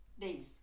days